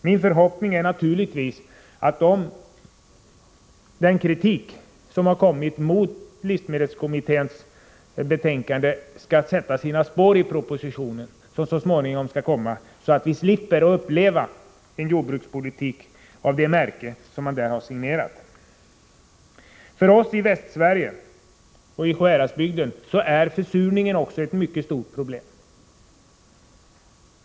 Min förhoppning är naturligtvis att den kritik som har riktats mot livsmedelskommitténs betänkande skall sätta sina spår i den proposition som så småningom kommer, så att vi slipper uppleva en jordbrukspolitik av det märke som man där har signerat. För oss i Västsverige och i Sjuhäradsbygden är även försurningen ett mycket stort problem.